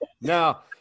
Now